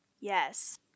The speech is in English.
Yes